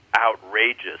outrageous